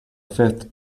fifth